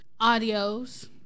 audios